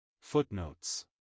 Footnotes